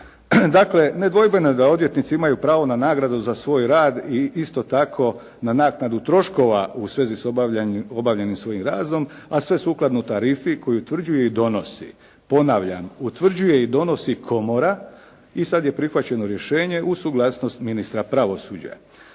Dakle, nedvojbeno je da odvjetnici imaju pravo na nagradu za svoj rad i isto tako na naknadu troškova u svezi s obavljenim svojim radom, a sve sukladno tarifi koji utvrđuje i donosi, ponavljam utvrđuje i donosi komora i sad je prihvaćeno rješenje uz suglasnost ministra pravosuđa.